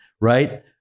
right